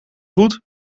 goed